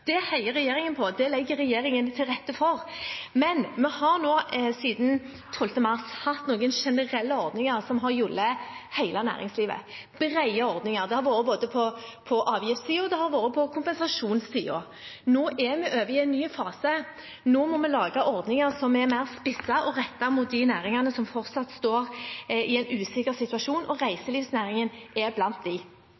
Det heier regjeringen på, og det legger regjeringen til rette for. Men vi har nå, siden 12. mars, hatt noen generelle ordninger som har gjeldt hele næringslivet, brede ordninger, og det har vært både på avgiftssiden og på kompensasjonssiden. Nå er vi over i en ny fase. Nå må vi lage ordninger som er mer spisset og rettet mot de næringene som fortsatt står i en usikker situasjon, og